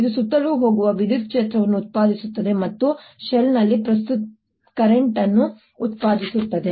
ಇದು ಸುತ್ತಲೂ ಹೋಗುವ ವಿದ್ಯುತ್ ಕ್ಷೇತ್ರವನ್ನು ಉತ್ಪಾದಿಸುತ್ತದೆ ಮತ್ತು ಅದು ಷೆಲ್ ನಲ್ಲಿ ಕರೆಂಟ್ ಅನ್ನು ಉತ್ಪಾದಿಸುತ್ತದೆ